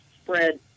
spread